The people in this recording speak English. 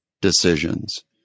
Decisions